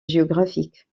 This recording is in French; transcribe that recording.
géographique